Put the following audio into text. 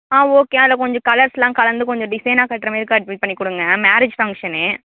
ஆ okay அதில் கொஞ்சம் கலர்ஸ்லாம் கலந்து கொஞ்சம் டிசைனாக கட்டுற மாரி கட் இது பண்ணி கொடுங்க மேரேஜ் ஃபங்க்ஷனு